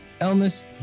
illness